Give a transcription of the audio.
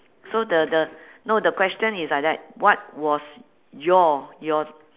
so the the no the question is like that what was your your